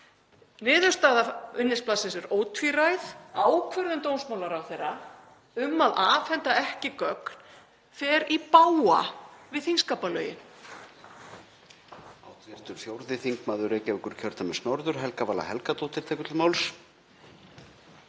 Niðurstaða minnisblaðsins er ótvíræð: Ákvörðun dómsmálaráðherra um að afhenda ekki gögn fer í bága við þingskapalögin.